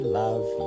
love